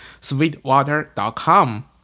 Sweetwater.com